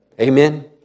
Amen